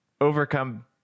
overcome